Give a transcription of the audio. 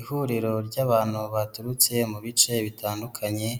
Ihuriro ry' abantu baturutse mu bice bitandukanye,